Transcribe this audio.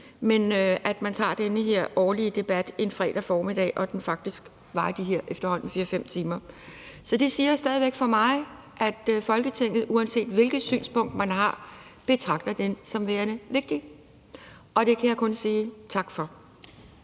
der ikke er mange afstemninger eller forslag inden, og den varer faktisk de her efterhånden 4-5 timer. Så det siger stadig væk mig, at Folketinget, uanset hvilket synspunkt man har, betragter den som værende vigtig, og det kan jeg kun sige tak for.